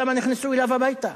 למה נכנסו אליו הביתה,